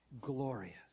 glorious